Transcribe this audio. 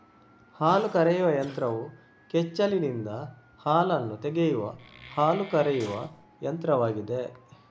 ಹಾಲು ಕರೆಯುವ ಯಂತ್ರವು ಕೆಚ್ಚಲಿನಿಂದ ಹಾಲನ್ನು ತೆಗೆಯುವ ಹಾಲು ಕರೆಯುವ ಯಂತ್ರವಾಗಿದೆ